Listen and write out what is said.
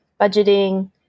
budgeting